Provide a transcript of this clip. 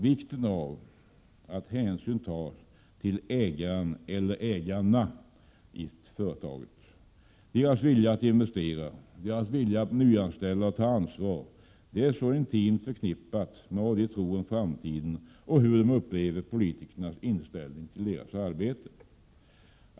Vikten av att hänsyn tas till ägaren eller ägarna till företaget kan inte nog understrykas, med hänsyn till att deras vilja att investera, nyanställa och ta ansvar är så intimt förknippad med vad de tror om framtiden och hur de upplever politikernas inställning till deras arbete.